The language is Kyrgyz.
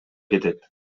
кетет